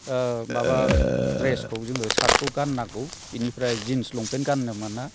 माबा द्रेसखौ जोङो सार्टखौ गाननांगौ बेनिफ्राय जिन्स लंपेन्ट गाननो मोना